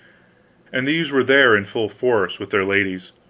and these were there in full force, with their ladies.